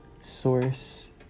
source